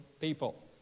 people